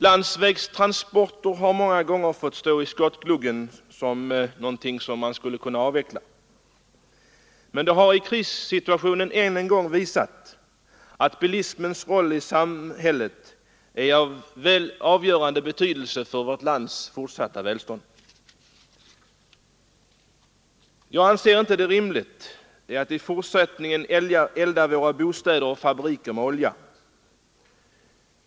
Landsvägstransporterna har många gånger fått stå i skottgluggen, och man har sett dem som någonting man skulle kunna avveckla. Men krissituationen har än en gång visat att bilismens roll i samhället är av avgörande betydelse för landets fortsatta välstånd. Jag anser det inte vara rimligt att vi i fortsättningen värmer upp våra bostäder och fabriker med olja.